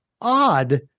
odd